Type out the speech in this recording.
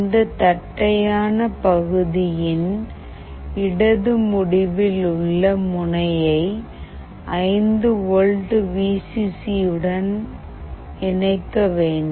இந்த தட்டையான பகுதியின் இடது முடிவில் உள்ள முனையை 5 வோல்ட் வி சி சி உடன் இணைக்க வேண்டும்